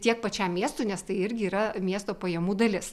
tiek pačiam miestui nes tai irgi yra miesto pajamų dalis